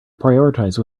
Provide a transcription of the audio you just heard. prioritize